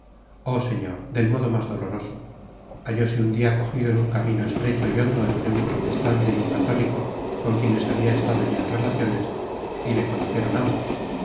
oh señor del modo mas doloroso hallóse un dia cojido en un camino estrecho y hondo entre un protestante y un católico con quienes habia estado ya en relaciones y le conocieron ambos